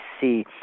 see